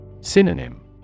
Synonym